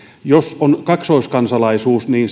jos on kaksoiskansalaisuus niin